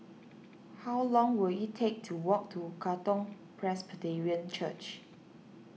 how long will it take to walk to Katong Presbyterian Church